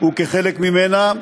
וכחלק ממנה,